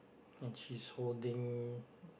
and she's holding